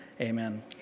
Amen